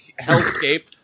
hellscape